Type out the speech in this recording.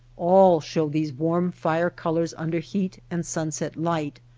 all show these warm fire colors under heat and sunset light,